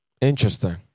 Interesting